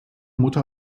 mutter